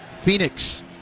Phoenix